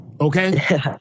okay